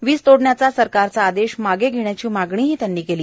वीज तोडण्याचा सरकारचा आदेश मागे घेण्याची मागणीही त्यांनी केली